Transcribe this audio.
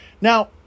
Now